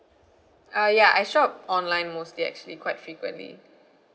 uh ya I shop online mostly actually quite frequently